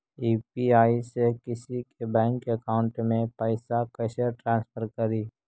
UPI से किसी के बैंक अकाउंट में पैसा कैसे ट्रांसफर करी?